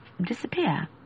disappear